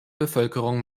bevölkerung